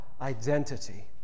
identity